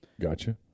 Gotcha